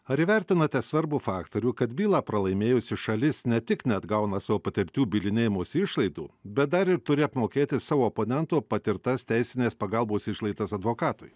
ar įvertinate svarbų faktorių kad bylą pralaimėjusi šalis ne tik neatgauna savo patirtų bylinėjimosi išlaidų bet dar ir turi apmokėti savo oponento patirtas teisinės pagalbos išlaidas advokatui